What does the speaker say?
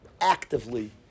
actively